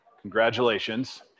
Congratulations